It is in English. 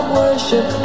worship